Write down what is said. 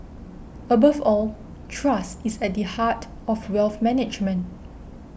above all trust is at the heart of wealth management